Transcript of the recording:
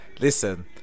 Listen